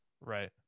Right